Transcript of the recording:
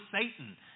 Satan